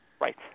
Right